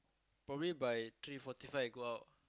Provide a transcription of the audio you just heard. probably by three forty five I go out